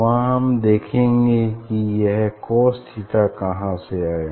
वहाँ हम देखेंगे कि यह कोस थीटा कहाँ से आया